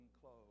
clothes